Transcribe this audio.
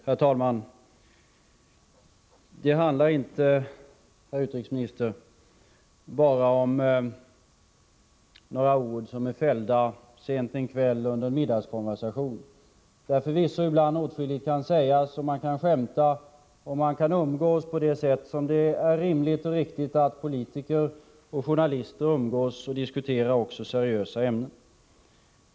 Herr talman! Det handlar inte, herr utrikesminister, bara om några ord som är fällda sent en kväll under en middagskonversation. Under en sådan kan förvisso ibland åtskilligt sägas, och man kan skämta och umgås på ett sätt som det är rimligt och riktigt att politiker och journalister kan göra också när man diskuterar seriösa ämnen.